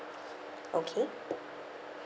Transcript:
okay